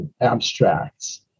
Abstracts